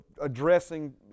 addressing